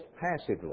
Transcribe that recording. passively